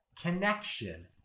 connection